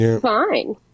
Fine